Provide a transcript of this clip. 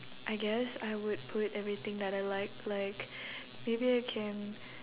I guess I would put everything that I like like maybe I can